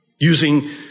using